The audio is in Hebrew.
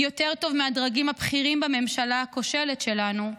יותר טוב מהדרגים הבכירים בממשלה הכושלת שלנו,